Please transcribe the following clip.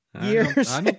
years